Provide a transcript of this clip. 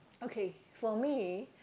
okay for me